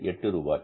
எட்டு ரூபாய்